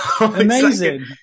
Amazing